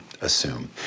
assume